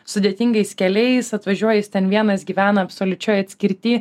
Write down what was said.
sudėtingais keliais atvažiuoji jis ten vienas gyvena absoliučioj atskirty